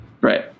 right